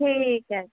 ਠੀਕ ਹੈ